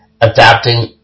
adapting